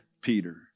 Peter